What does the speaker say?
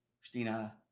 Christina